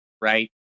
right